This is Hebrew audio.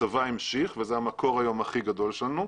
הצבא המשיך וזה היום המקור הכי גדול שלנו.